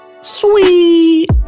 Sweet